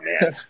man